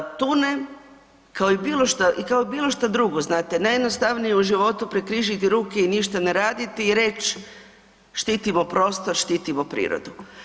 Tune kao i bilo što, kao i bilo što drugo, znate, najjednostavnije je u životu prekrižiti ruke i ništa ne raditi i reći štitimo prostor, štitimo prirodu.